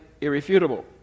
irrefutable